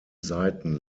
seiten